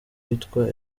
witwa